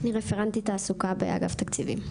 אני גיל כהן, רפרנטית תעסוקה באגף תקציבים.